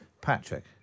Patrick